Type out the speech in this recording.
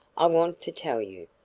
i want to tell you.